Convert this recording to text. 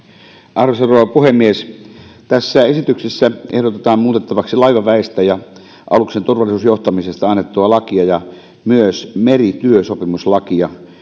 arvoisa rouva puhemies tässä esityksessä ehdotetaan muutettavaksi laivaväestä ja aluksen turvallisuusjohtamisesta annettua lakia ja myös merityösopimuslakia